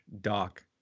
Doc